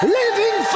living